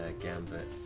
gambit